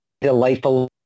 delightful